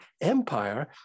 empire